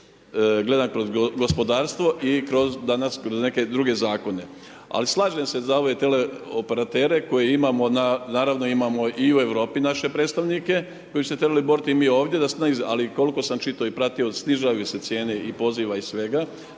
gledam kroz gospodarstvo i kroz danas kroz neke druge zakone, al slažem se za ove teleoperatere koje imamo, naravno imamo i u Europi naše predstavnike koji su se trebali borit i mi ovdje al koliko sam čitao i pratio snizavaju se cijene i poziva i svega.